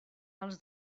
els